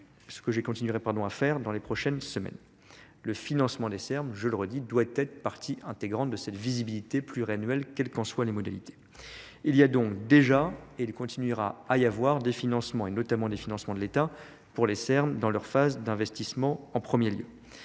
Ce que je continuerai pardon à faire dans les prochaines semaines. Le financement des Serbes je le redis doit être partie intégrante de cette visibilité pluriannuelle, quelles qu'en soient les modalités. Il y a donc déjà et il continuera à y avoir des financements et notamment des financements de l'état pour les R M dans leur phase d'investissement en 1ᵉʳ lieu